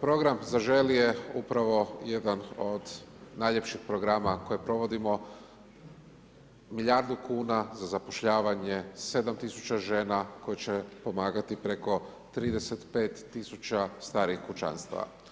Program zaželi je upravo jedan od najljepših programa koje provodimo, milijardu kuna za zapošljavanje, 7 tisuća žena koje će pomagati preko 35 tisuća starih kućanstava.